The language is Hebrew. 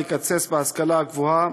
לקצץ בהשכלה הגבוהה,